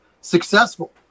successful